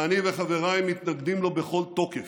שאני וחבריי מתנגדים לו בכל תוקף.